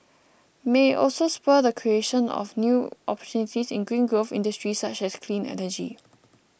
may also spur the creation of new opportunities in green growth industries such as clean energy